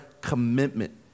commitment